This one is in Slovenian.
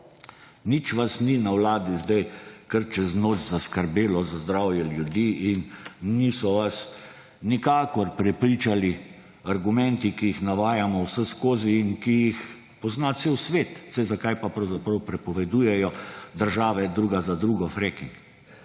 Nič vas ni na vladi sedaj kar čez noč zaskrbelo za zdravje ljudi in niso vas nikakor prepričali argumenti, ki jih navajamo vseskozi in ki jih pozna cel svet. Saj zakaj pa pravzaprav prepovedujejo države druga za drugo fracking.